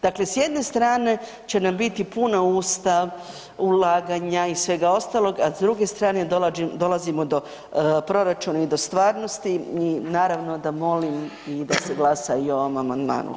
Dakle, s jedne strane će nam biti puna usta ulaganja i svega ostalog, a s druge strane dolazimo do proračuna i do stvarnosti i naravno da molim i da se glasa i o ovom amandmanu.